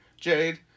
Jade